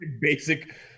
basic